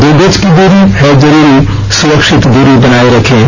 दो गज की दूरी है जरूरी सुरक्षित दूरी बनाए रखें